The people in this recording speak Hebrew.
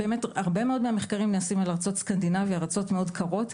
הרבה מאוד מהמחקרים נעשים על ארצות סקנדינביה שהן ארצות מאוד קרות,